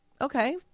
okay